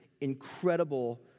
incredible